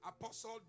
Apostle